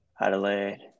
Adelaide